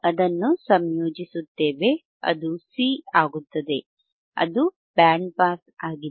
ನಾವು ಅದನ್ನು ಸಂಯೋಜಿಸುತ್ತೇವೆ ಅದು C ಆಗುತ್ತದೆ ಅದು ಬ್ಯಾಂಡ್ ಪಾಸ್ ಆಗಿದೆ